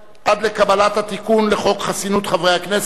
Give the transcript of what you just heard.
עד לקבלת התיקון לחוק חסינות חברי הכנסת,